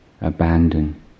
abandon